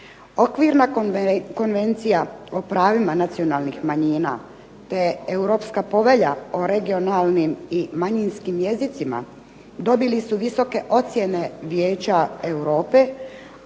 Okvirna Konvencija o pravima nacionalnih manjina, te Europska povelja o regionalnim i manjinskim jezicima dobili su visoke ocjene Vijeća Europe,